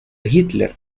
hitler